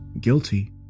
guilty